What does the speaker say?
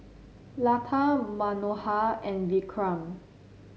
Lata Manohar and Vikram